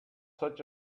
such